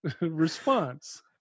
response